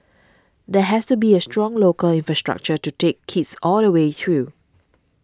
there has to be a strong local infrastructure to take kids all the way through